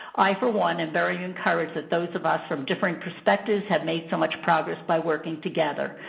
i, for one, am very encouraged that those of us from different perspectives have made so much progress by working together.